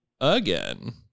again